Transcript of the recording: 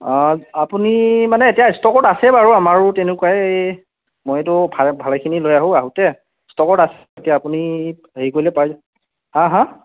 অঁ আপুনি মানে এতিয়া ষ্টকত আছে বাৰু আমাৰো তেনেকুৱাই এই মইতো ভালে ভালেখিনি লৈ আহো আহোতে ষ্টকত আছে এতিয়া আপুনি হেৰি কৰিলে পাই যাব হাঁ হাঁ